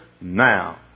now